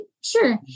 sure